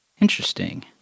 Interesting